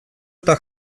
eta